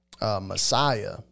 Messiah